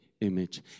image